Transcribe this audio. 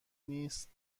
نیست